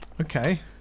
Okay